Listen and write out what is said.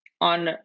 on